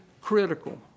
critical